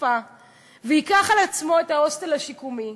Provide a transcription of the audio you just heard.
הכפפה וייקח על עצמו את ההוסטל השיקומי.